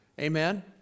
Amen